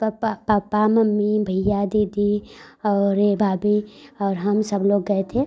पापा papa mummy भइया दीदी और ये भाभी और हम सब लोग गए थे